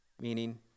meaning